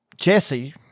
Jesse